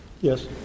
Yes